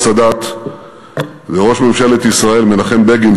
סאדאת וראש ממשלת ישראל מנחם בגין,